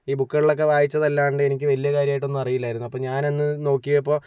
ഈ ബുക്കുകളിലൊക്കെ വായിച്ചതല്ലാണ്ട് എനിക്ക് വലിയ കാര്യമായിട്ടൊന്നും അറിയില്ലായിരുന്നു അപ്പോൾ ഞാനൊന്ന് നോക്കിയപ്പോൾ